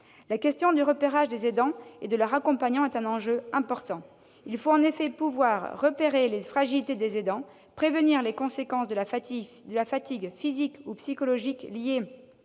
La question de l'identification des aidants et de leur accompagnement est importante. Il faut en effet pouvoir repérer les fragilités des aidants, prévenir les conséquences de la fatigue physique ou psychologique liée